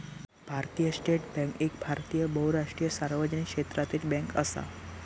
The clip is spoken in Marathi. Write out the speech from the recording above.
भारतीय स्टेट बॅन्क एक भारतीय बहुराष्ट्रीय सार्वजनिक क्षेत्रातली बॅन्क असा